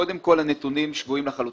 קודם כל הנתונים שגויים לחלוטין.